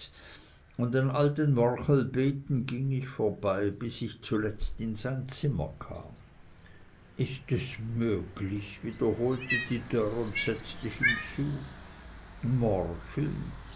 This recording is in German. und an all den morchelbeeten ging ich vorbei bis ich zuletzt in sein zimmer kam ist es möglich wiederholte die dörr und setzte hinzu morcheln